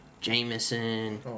Jameson